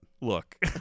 Look